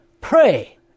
pray